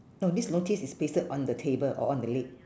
no this notice is pasted on the table or on the leg